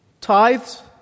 Tithes